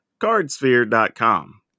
Cardsphere.com